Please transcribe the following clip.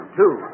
two